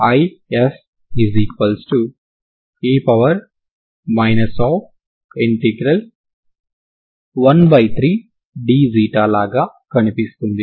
F e 13dలాగా కనిపిస్తుంది